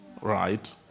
Right